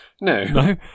No